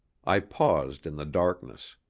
i paused in the darkness.